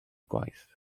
gwaith